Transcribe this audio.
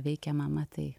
veikia mama tai